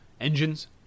engines